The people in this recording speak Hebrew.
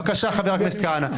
בבקשה, חבר הכנסת כהנא.